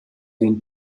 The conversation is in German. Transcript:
den